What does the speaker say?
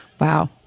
Wow